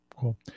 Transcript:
Cool